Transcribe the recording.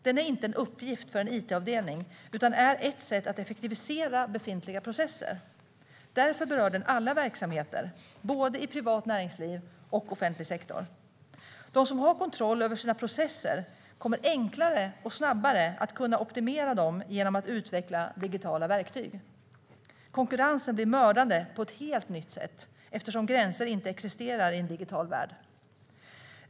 Den är inte en uppgift för en it-avdelning utan den är ett sätt att effektivisera befintliga processer. Därför berör den alla verksamheter, både i privat näringsliv och i offentlig sektor. De som har kontroll över sina processer kommer enklare och snabbare att kunna optimera dem genom att utveckla digitala verktyg. Konkurrensen blir mördande på ett helt nytt sätt eftersom gränser inte existerar i en digital värld.